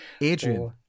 Adrian